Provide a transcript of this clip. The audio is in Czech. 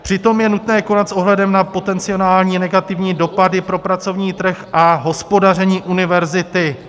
Přitom je nutné konat s ohledem na potenciální negativní dopady pro pracovní trh a hospodaření univerzity.